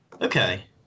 okay